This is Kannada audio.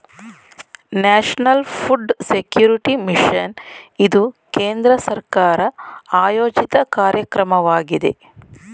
ನ್ಯಾಷನಲ್ ಫುಡ್ ಸೆಕ್ಯೂರಿಟಿ ಮಿಷನ್ ಇದು ಕೇಂದ್ರ ಸರ್ಕಾರ ಆಯೋಜಿತ ಕಾರ್ಯಕ್ರಮವಾಗಿದೆ